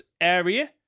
area